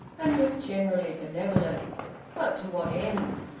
and was generally benevolent but to what end?